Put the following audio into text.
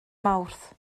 mawrth